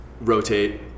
rotate